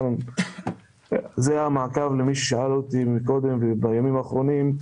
זה המעקב למי ששאל אותי קודם ובימים האחרונים.